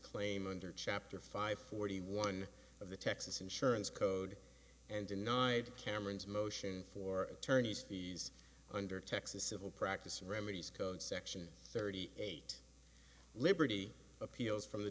claim under chapter five forty one of the texas insurance code and denied cameron's motion for attorney's fees under texas civil practice remedies code section thirty eight liberty appeals from the